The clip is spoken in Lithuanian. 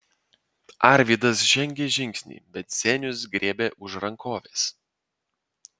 arvydas žengė žingsnį bet zenius griebė už rankovės